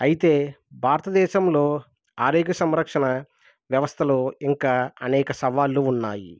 అయితే భారతదేశంలో ఆరోగ్య సంరక్షణ వ్యవస్థలో ఇంకా అనేక సవాళ్ళు ఉన్నాయి